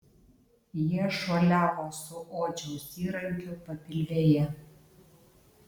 jie šuoliavo su odžiaus įrankiu papilvėje